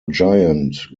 giant